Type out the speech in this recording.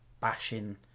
bashing